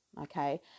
okay